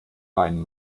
weinen